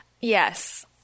yes